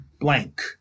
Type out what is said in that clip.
blank